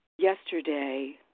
Yesterday